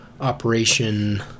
operation